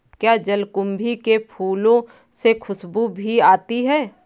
क्या जलकुंभी के फूलों से खुशबू भी आती है